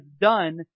done